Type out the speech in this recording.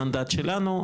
מנדט שלנו,